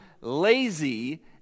lazy